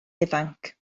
ifanc